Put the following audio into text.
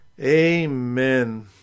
amen